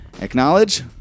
Acknowledge